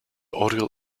orgel